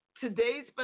Today's